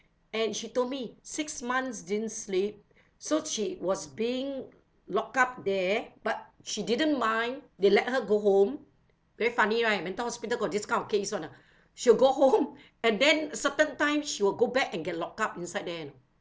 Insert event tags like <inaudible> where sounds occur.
and she told me six months didn't sleep so she was being locked up there but she didn't mind they let her go home very funny right mental hospital got this kind of case [one] ah she will go <laughs> home and then certain time she will go back and get locked up inside there